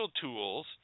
tools